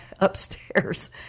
upstairs